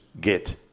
get